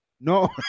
No